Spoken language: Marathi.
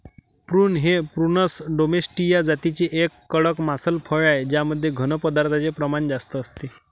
प्रून हे प्रूनस डोमेस्टीया जातीचे एक कडक मांसल फळ आहे ज्यामध्ये घन पदार्थांचे प्रमाण जास्त असते